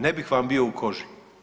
Ne bih vam bio u koži.